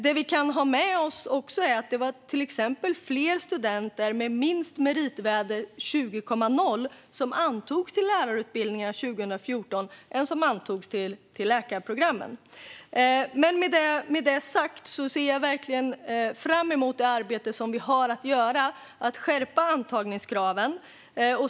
Det vi också kan ha med oss är att det till exempel var fler studenter med ett meritvärde på minst 20,0 som antogs till lärarutbildningarna än till läkarprogrammen. Men med det sagt ser jag verkligen fram emot det arbete som vi har att göra när det gäller att skärpa antagningskraven.